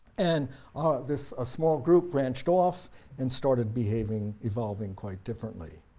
and ah this ah small group branched off and started behaving evolving quite differently.